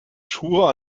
schuhe